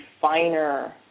finer